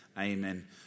Amen